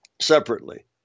separately